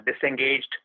disengaged